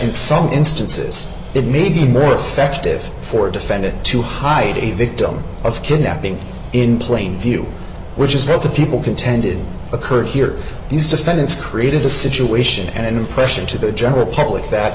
in some instances it may be more effective for a defendant to hide a victim of kidnapping in plain view which is where the people contended occurred here these defendants created a situation and an impression to the general public that